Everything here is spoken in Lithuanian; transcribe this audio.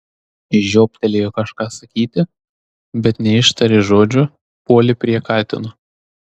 žiobtelėjo kažką sakyti bet neištarė žodžio puolė prie katino